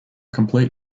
complete